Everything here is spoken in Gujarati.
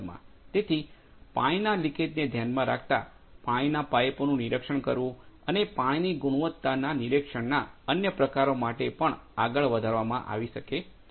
તેથી પાણીના લીકેજને ધ્યાનમાં રાખતા પાણીના પાઈપોનું નિરીક્ષણ કરવું અને તે પાણીની ગુણવત્તાના નિરીક્ષણના અન્ય પ્રકારો માટે પણ આગળ વધારવામાં આવી શકે છે